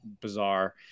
bizarre